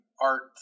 art